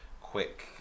quick